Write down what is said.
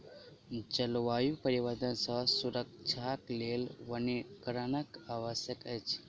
जलवायु परिवर्तन सॅ सुरक्षाक लेल वनीकरणक आवश्यकता अछि